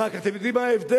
רק אתם יודעים מה ההבדל?